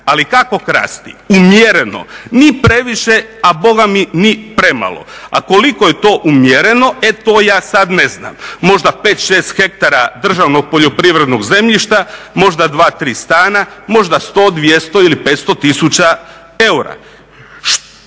ali kako krasti, umjereno, ni previše, a ni premalo. A koliko je to umjereno e to ja sad ne znam, možda 5-6 hektara državnog poljoprivrednog zemljišta, možda 2-3 stana, možda 100-200 ili 500 tisuća eura.